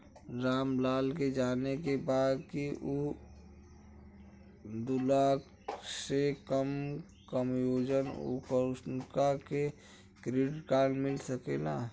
राम लाल के जाने के बा की ऊ दूलाख से कम कमायेन उनका के क्रेडिट कार्ड मिल सके ला?